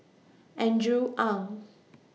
Andrew Ang